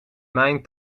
mijn